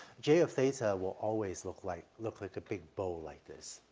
j of theta will always look like, look like a big bowl like this.